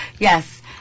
Yes